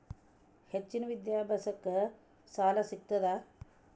ಹೆಚ್ಚಿನ ವಿದ್ಯಾಭ್ಯಾಸಕ್ಕ ಸಾಲಾ ಸಿಗ್ತದಾ?